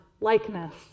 likeness